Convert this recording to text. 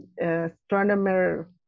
Astronomer